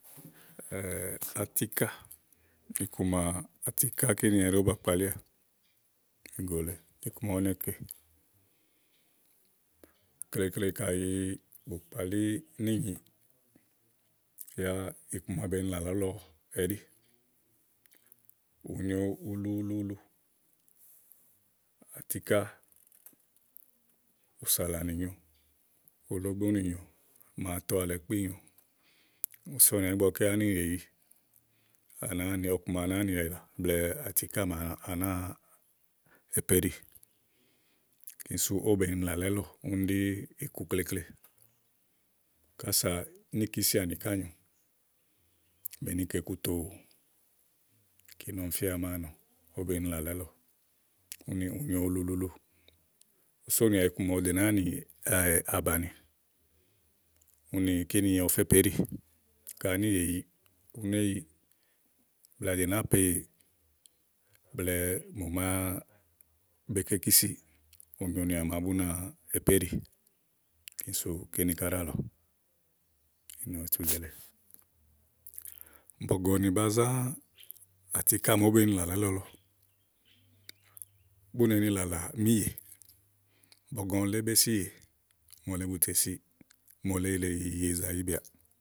atiká, ikuma atiká kíni ɛɖí ówó ba kpalíà ìgò lèe, iku ma ú ne kè, klekle kayi bù kpalí níìnyi tè yá iku ma be ni làlà ílɔ ɛɖí ù nyo ulu ulu ulu, atíká ùsàlànì nyòo, ulóbó nì nyòo, màa to alɛ kpí nyòo ùú sɔnìà ígbɔ ké ánìyè yi à nàáa nɔ ɔku ma à nàáa nì làlà blɛ̀ɛ atiká màa à nàáa èpéɖì kíní sú ówó be ni làlà ílɔ. kíni ɖí iku klekle kása níìkísì àni ká nyòo be ni kè iku tòo kíni ɔmi fíà à màáa nɔ. be ni làlà ílɔ úni ù nyo ululuulu ùú sonìà iku ma ɔwɔ dò nàáa nì àbàni úni kíni ɔwɔ fé pèéɖì ka ánìyè yìi, ú né yi, blɛ̀ɛ à dò nàáa po ìyè blɛ̀ɛ mò màa bèé ke ikísì ù nyonìà màa bú náa èpéɖì kíni sú kíni ká ɖáàlɔ ìnɔ ìtu zèele. Bɔ̀gɔ̀nì ba zà atiká màa ówó bèé ni làlà ílɔ lɔ, bú neni làlà míìnyè, bɔ̀gɔ̀nì le be si ìyè, mòole bù tèsiì, mòole ile ìyè zàyibìàà.